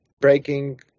breaking